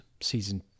season